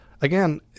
Again